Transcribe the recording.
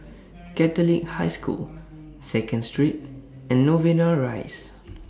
Catholic High School Second Street and Novena Rise